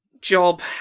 job